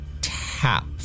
tap